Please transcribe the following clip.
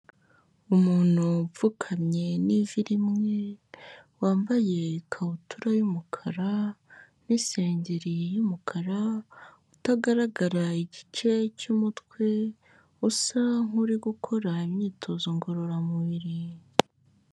Umuntu upfukamye n'ivi rimwe wambaye ikabutura y'umukara n'isengeri y'umukara, utagaragara igice cy'umutwe, usa nk'uri gukora imyitozo ngororamubiri.